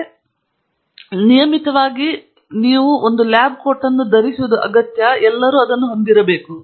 ನಾನು ಹೇಳಿದಂತೆ ನಿಯಮಿತವಾಗಿ ನೀವು ಬಳಸುವ ಒಂದು ಲ್ಯಾಬ್ ಕೋಟ್ ಖಂಡಿತವಾಗಿಯೂ ನೀವು ಹೊಂದಿರಬೇಕು